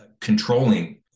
controlling